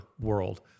world